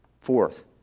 Fourth